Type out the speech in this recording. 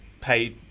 pay